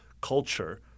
culture